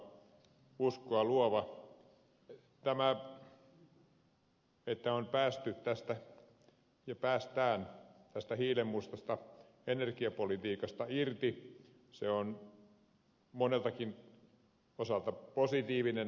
tämä että on päästy ja päästään tästä hiilenmustasta energiapolitiikasta irti on moneltakin osalta positiivinen asia